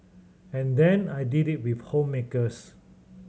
and then I did it with homemakers